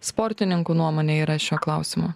sportininkų nuomonė yra šiuo klausimu